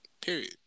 Period